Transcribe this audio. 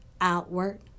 outward